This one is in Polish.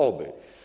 Oby.